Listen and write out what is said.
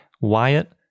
Wyatt